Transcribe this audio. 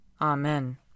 Amen